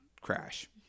crash